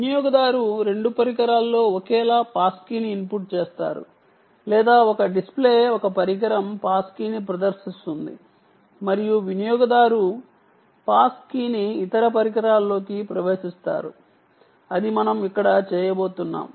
వినియోగదారుడు రెండు పరికరాల్లో ఒకేలా పాస్ కీని ఇన్పుట్ చేస్తారు లేదా ఒక డిస్ప్లే ఒక పరికరం పాస్ కీని ప్రదర్శిస్తుంది మరియు వినియోగదారుడు పాస్ కీని ఇతర పరికరాల్లోకి ఎంటర్ చేస్తాడు అది మనం ఇక్కడ చేయబోతున్నాం